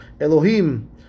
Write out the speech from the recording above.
Elohim